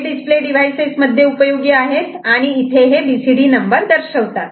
हे display devices मध्ये उपयोगी आहेत आणि इथे हे बीसीडी नंबर दर्शवतात